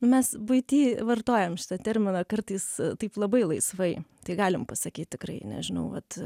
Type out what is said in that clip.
mes buity vartojam šitą terminą kartais taip labai laisvai tai galim pasakyt tikrai nežinau vat